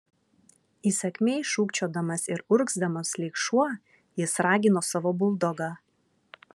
įsakmiai šūkčiodamas ir urgzdamas lyg šuo jis ragino savo buldogą